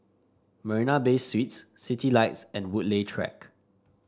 Marina Bay Suites Citylights and Woodleigh Track